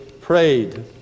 prayed